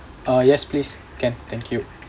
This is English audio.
uh yes please can thank you